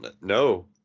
No